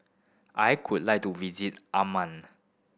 I could like to visit Amman